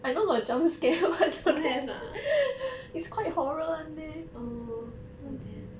oh have ah orh orh then